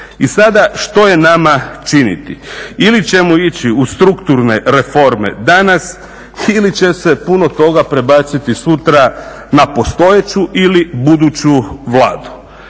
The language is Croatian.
I sada što je nama činiti? Ili ćemo ići u strukturne reforme danas ili će se puno toga prebaciti sutra na postojeću ili buduću Vladu.